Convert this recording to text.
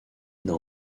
n’a